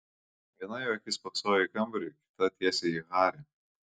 viena jo akis spoksojo į kambarį kita tiesiai į harį